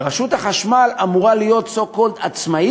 ורשות החשמל אמורה להיות so called עצמאית,